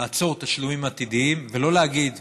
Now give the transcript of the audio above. לעצור תשלומים עתידיים ולא להגיד